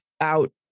out